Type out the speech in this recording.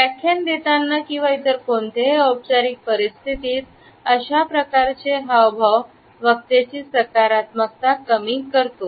व्याख्यान देताना किंवा इतर कोणत्याही औपचारिक परिस्थितीत अशा प्रकारचे हावभाव वक्त्याची सकारात्मकता कमी करते